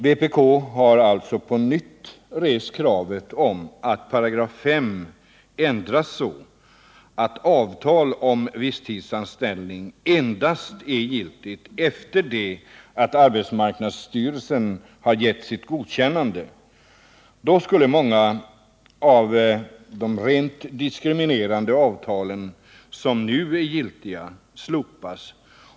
Vpk har alltså på nytt rest kravet att 5§ ändras så, att avtal om visstidsanställning endast är giltigt efter det att arbetsmarknadsstyrelsen har gett sitt godkännande. Då skulle många av de rent diskriminerande avtalen som nu är giltiga slopas.